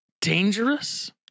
dangerous